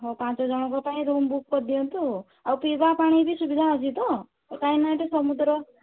ହଁ ପାଞ୍ଚ ଜଣଙ୍କ ପାଇଁ ରୁମ୍ ବୁକ୍ କରି ଦିଅନ୍ତୁ ଆଉ ପିଇବା ପାଣି ବି ସୁବିଧା ଅଛି ତ କାହିଁକି ନା ଏଠି ସମୁଦ୍ର